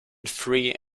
free